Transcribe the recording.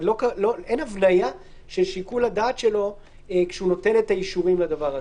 אין הבניה של שיקול הדעת שלו כשהוא נותן את האישורים לדבר הזה.